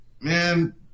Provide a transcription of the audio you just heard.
man